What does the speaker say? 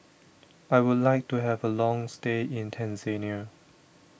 I would like to have a long stay in Tanzania